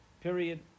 Period